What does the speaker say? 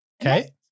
Okay